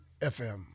FM